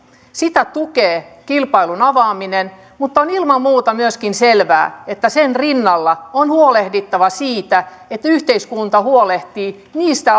sitä tukee kilpailun avaaminen mutta on ilman muuta myöskin selvää että sen rinnalla on huolehdittava siitä että yhteiskunta huolehtii niistä